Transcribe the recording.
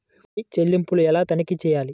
UPI చెల్లింపులు ఎలా తనిఖీ చేయాలి?